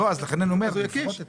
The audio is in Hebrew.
לכן אניע אומר לפחות את